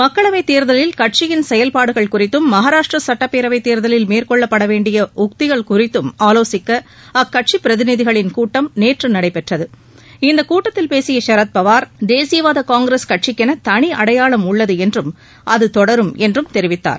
மக்களவைத் தேர்தலில் கட்சியின் செயல்பாடுகள் குறித்தும் மகராஷ்டிரா சட்டப்பேரவை தேர்தலில் மேற்கொள்ளப்பட வேண்டிய உத்திகள் குறித்தும் ஆலோசிக்க அக்கட்சி பிரதிநிதிகளின் கூட்டம் நேற்று நடைபெற்றது இந்த கூட்டத்தில் பேசிய சரத்பவார் தேசியவாத காங்கிரஸ் கட்சிக்கென தனி அடையாளம் உள்ளது என்றும் அது தொடரும் என்றும் தெரிவித்தார்